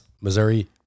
Missouri